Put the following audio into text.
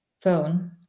phone